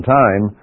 time